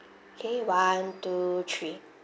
K one two three